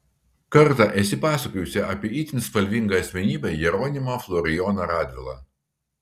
kartą esi pasakojusi apie itin spalvingą asmenybę jeronimą florijoną radvilą